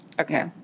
Okay